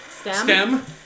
stem